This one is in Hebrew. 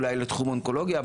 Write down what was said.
אולי לתחום אונקולוגיה,